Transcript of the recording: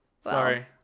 Sorry